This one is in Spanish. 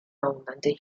abundantes